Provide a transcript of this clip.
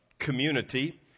community